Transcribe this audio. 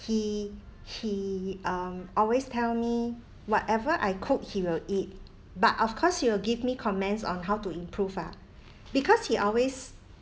he he um always tell me whatever I cook he will eat but of course he will give me comments on how to improve ah because he always